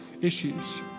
issues